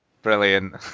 brilliant